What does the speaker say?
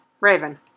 Raven